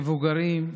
מבוגרים,